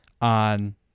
on